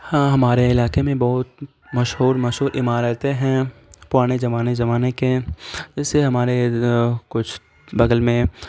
ہاں ہمارے علاقے میں بہت مشہور مشہور عمارتیں ہیں پرانے زمانے زمانے کے اس سے ہمارے کچھ بغل میں